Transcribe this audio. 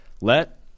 Let